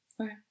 Okay